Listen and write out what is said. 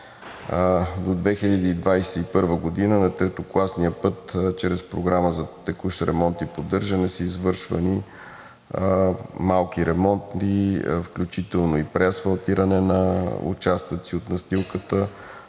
До 2021 г. на третокласния път чрез програма за текущ ремонт и поддържане са извършвани малки ремонти, включително и преасфалтиране на участъци от настилката,